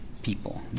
people